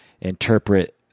interpret